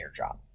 airdrop